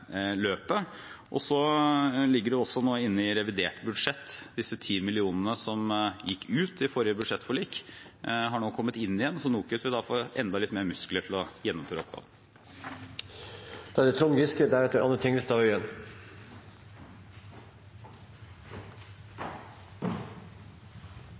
løpet. Det ligger også nå inne i revidert budsjett at disse 10 mill. kr som gikk ut i forrige budsjettforlik, nå har kommet inn igjen, så NOKUT vil da få enda litt mer muskler til å gjennomføre oppgavene. Tatt i betraktning at dette kanskje er